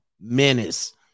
menace